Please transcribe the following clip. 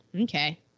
Okay